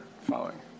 following